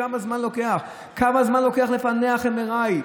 כמה זמן לוקח לפענח MRI?